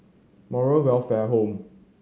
Moral Welfare Home